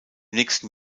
nächsten